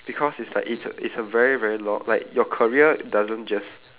because it's like it's a it's a very very lo~ like your career doesn't just